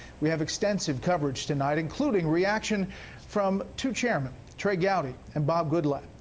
we have extensive coverage tonight including reaction from two chairman, trey gowdy and bob goodlatte.